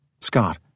Scott